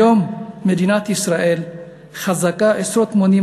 כיום מדינת ישראל חזקה עשרות מונים